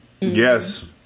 Yes